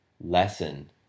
lesson